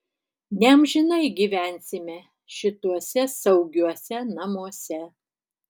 neamžinai gyvensime šituose saugiuose namuose